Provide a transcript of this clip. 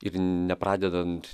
ir nepradedant